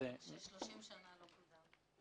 שבמשך שלושים שנים לא קוּדם.